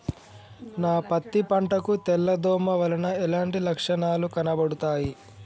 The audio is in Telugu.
నా పత్తి పంట కు తెల్ల దోమ వలన ఎలాంటి లక్షణాలు కనబడుతాయి?